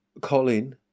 Colin